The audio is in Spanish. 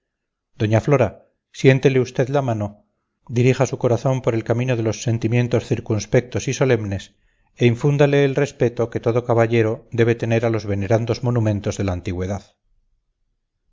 doña flora siéntele usted la mano dirija su corazón por el camino de los sentimientos circunspectos y solemnes e infúndale el respeto que todo caballero debe tener a los venerandos monumentos de la antigüedad